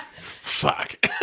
fuck